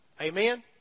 Amen